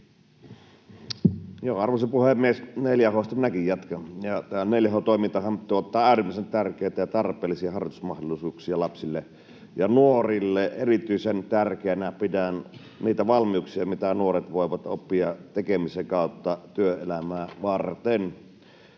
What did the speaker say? Arvoisa puhemies! 4H:sta minäkin jatkan. Tämä 4H-toimintahan tuottaa äärimmäisen tärkeitä ja tarpeellisia harrastusmahdollisuuksia lapsille ja nuorille. Erityisen tärkeänä pidän niitä valmiuksia, mitä nuoret voivat oppia tekemisen kautta työelämää varten,